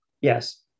Yes